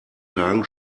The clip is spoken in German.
tagen